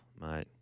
mate